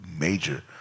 Major